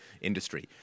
industry